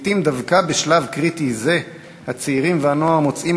לעתים דווקא בשלב קריטי זה הצעירים והנוער מוצאים